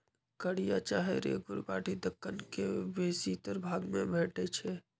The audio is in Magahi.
कारिया चाहे रेगुर माटि दक्कन के बेशीतर भाग में भेटै छै